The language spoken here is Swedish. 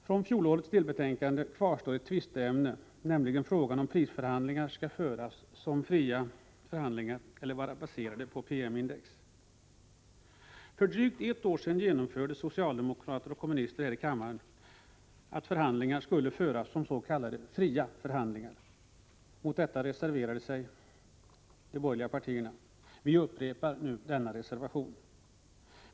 Från fjolårets delbetänkande kvarstår ett tvisteämne, nämligen frågan om prisförhandlingar skall föras som fria förhandlingar eller vara baserade på PM-index. För drygt ett år sedan biföll socialdemokrater och kommunister här i kammaren ett förslag om att förhandlingarna skulle föras som s.k. fria förhandlingar. Mot detta reserverade sig de borgerliga partierna. Vi upprepar nu denna reservation.